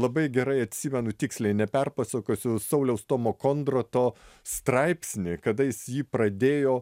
labai gerai atsimenu tiksliai neperpasakosiu sauliaus tomo kondroto straipsnį kada jis jį pradėjo